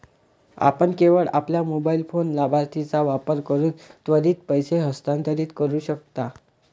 आपण केवळ आपल्या मोबाइल फोन लाभार्थीचा वापर करून त्वरित पैसे हस्तांतरित करू शकता